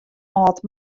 âld